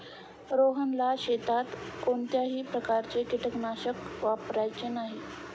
रोहनला शेतात कोणत्याही प्रकारचे कीटकनाशक वापरायचे नाही